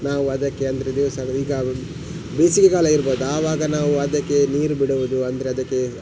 ನಾವು ಅದಕ್ಕೆ ಅಂದರೆ ದಿವಸಾಲು ಈಗ ಬೇಸಿಗೆ ಕಾಲ ಇರ್ಬೋದು ಆವಾಗ ನಾವು ಅದಕ್ಕೆ ನೀರು ಬಿಡೋದು ಅಂದರೆ ಅದಕ್ಕೆ